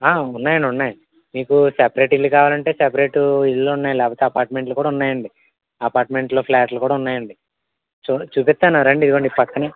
ఉన్నాయండి ఉన్నాయి మీకు సపరేట్ ఇల్లు కావాలంటే సపరేట్ ఇల్లు ఉన్నాయి లేకపోతే అపార్ట్మెంట్లు కూడా ఉన్నాయండి అపార్ట్మెంట్లో ఫ్లాట్లు కూడా ఉన్నాయండి చు చూపిస్తాను రండి ఇగోండి ఈ పక్కన